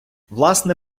власне